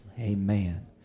Amen